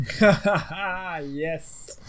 Yes